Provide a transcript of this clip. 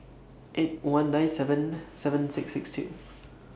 eight one nine seven seven six six two